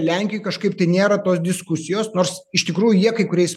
lenkijoj kažkaip tai nėra tos diskusijos nors iš tikrųjų jie kai kuriais